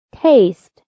Taste